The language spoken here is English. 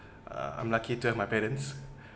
uh I'm lucky to have my parents